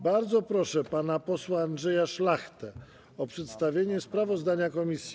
Bardzo proszę pana posła Andrzeja Szlachtę o przedstawienie sprawozdania komisji.